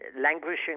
languishing